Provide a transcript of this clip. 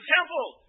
Temple